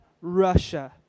Russia